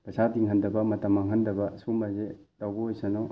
ꯄꯩꯁꯥ ꯇꯤꯡꯍꯟꯗꯕ ꯃꯇꯝ ꯃꯥꯡꯍꯟꯗꯕ ꯑꯁꯤꯒꯨꯝꯕꯁꯦ ꯇꯧꯕ ꯑꯣꯏꯁꯅꯨ